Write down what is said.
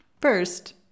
First